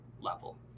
level